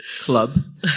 club